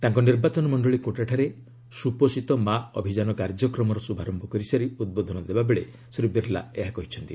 ତାଙ୍କ ନିର୍ବାଚନ ମଣ୍ଡଳୀ କୋଟାଠାରେ ସୁପୋଷିତ ମା' ଅଭିଯାନ କାର୍ଯ୍ୟକ୍ରମର ଶୁଭାରମ୍ଭ କରିସାରି ଉଦ୍ବୋଧନ ଦେବା ବେଳେ ଶ୍ରୀ ବିର୍ଲା ଏହା କହିଛନ୍ତି